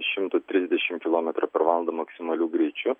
šimto trisdešimt kilometrų per valandą maksimaliu greičiu